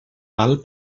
val